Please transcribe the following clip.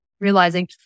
realizing